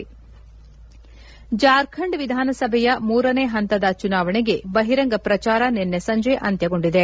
ನಂಜುಂಡಪ್ಪ ಜಾರ್ಖಂಡ್ ವಿಧಾನಸಭೆಯ ಮೂರನೇ ಹಂತದ ಚುನಾವಣೆಗೆ ಬಹಿರಂಗ ಪ್ರಚಾರ ನಿನ್ನೆ ಸಂಜೆ ಕೊನೆಗೊಂಡಿದೆ